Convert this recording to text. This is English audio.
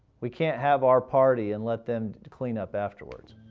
we can't have our party and let them clean up afterwards.